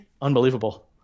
unbelievable